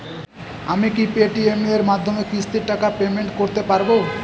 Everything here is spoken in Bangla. আমি কি পে টি.এম এর মাধ্যমে কিস্তির টাকা পেমেন্ট করতে পারব?